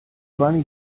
bunny